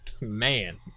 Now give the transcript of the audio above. man